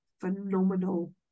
phenomenal